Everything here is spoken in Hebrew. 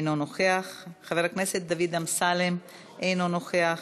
אינו נוכח, חבר הכנסת דוד אמסלם, אינו נוכח.